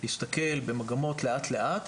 להסתכל במגמות לאט לאט,